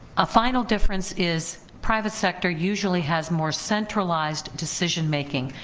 a final difference is, private sector usually has more centralized decision making.